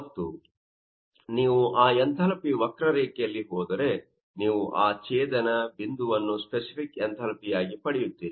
ಮತ್ತು ನೀವು ಆ ಎಂಥಾಲ್ಪಿ ವಕ್ರ ರೇಖೆಯ್ಲಲ್ಲಿ ಹೋದರೆ ನೀವು ಆ ಛೇದನ ಬಿಂದುವನ್ನು ಸ್ಫೆಸಿಫಿಕ್ ಎಂಥಾಲ್ಪಿಯಾಗಿ ಪಡೆಯುತ್ತೀರಿ